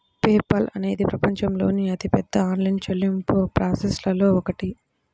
pay Paul అనేది ప్రపంచంలోని అతిపెద్ద ఆన్లైన్ చెల్లింపు ప్రాసెసర్లలో ఒకటి